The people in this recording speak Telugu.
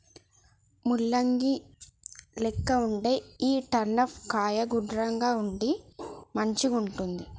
ముల్లంగి లెక్క వుండే ఈ టర్నిప్ కాయ గుండ్రంగా ఉండి మంచిగుంటది